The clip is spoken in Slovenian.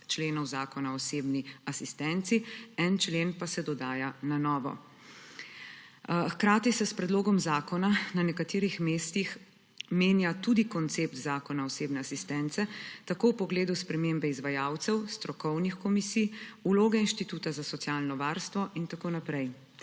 členov Zakona o osebni asistenci, en člen pa se dodaja na novo. Hkrati se s predlogom zakona na nekaterih mestih menja tudi koncept zakona osebne asistence, tako v pogledu spremembe izvajalcev, strokovnih komisij, vloge Inštituta za socialno varstvo in tako naprej.